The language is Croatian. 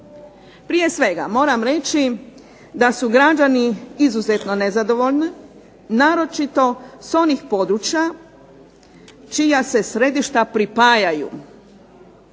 Prije svega, moram reći da su građani izuzetno nezadovoljni, naročito s onih područja čija se središta pripajaju,